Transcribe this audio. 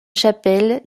chapelle